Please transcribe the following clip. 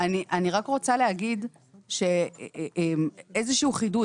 אני רק רוצה להגיד איזשהו חידוד.